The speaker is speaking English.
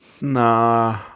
Nah